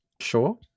Sure